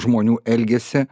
žmonių elgesį